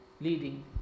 leading